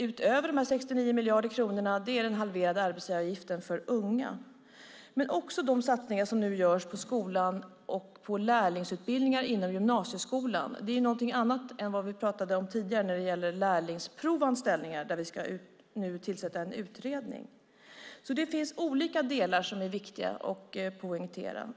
Utöver de 69 miljarder kronorna kan framför allt den halverade arbetsgivaravgiften för unga nämnas. Det gäller också de satsningar som nu görs på skolan och på lärlingsutbildningar inom gymnasieskolan. Det är någonting annat än det vi tidigare pratat om och som gäller lärlingsprovanställningar. Där ska vi nu tillsätta en utredning. Det finns alltså olika delar här som är viktiga att poängtera.